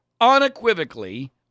unequivocally